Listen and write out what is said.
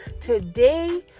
Today